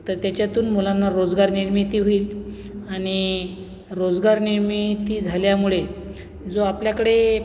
तर त्याच्यातून मुलांना रोजगार निर्मिती होईल आणि रोजगार निर्मिती झाल्यामुळे जो आपल्याकडे